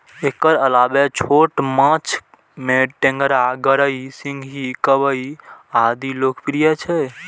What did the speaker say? एकर अलावे छोट माछ मे टेंगरा, गड़ई, सिंही, कबई आदि लोकप्रिय छै